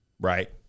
right